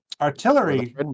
artillery